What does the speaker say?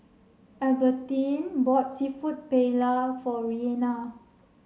Albertine bought Seafood Paella for Reina